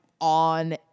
on